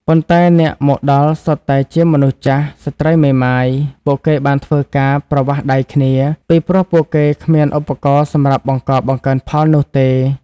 ប៉ុន្តែអ្នកមកដល់សុទ្ធតែជាមនុស្សចាស់ ស្ត្រីមេម៉ាយ ពួកគេបានធ្វើការ ប្រវាស់ដៃគ្នា ពីព្រោះពួកគេគ្មានឧបករណ៏សំរាប់បង្ករបង្កើនផលនោះទេ ។